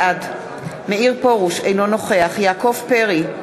בעד מאיר פרוש, אינו נוכח יעקב פרי,